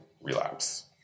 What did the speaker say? relapse